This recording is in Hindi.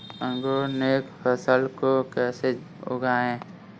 ऑर्गेनिक फसल को कैसे उगाएँ?